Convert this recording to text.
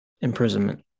imprisonment